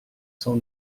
cent